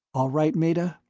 all right, meta?